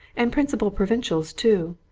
and principal provincials, too.